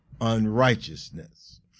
unrighteousness